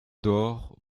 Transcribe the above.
door